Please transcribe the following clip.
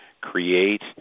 create